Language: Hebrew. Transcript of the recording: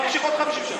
זה היה נמשך עוד 50 שנה.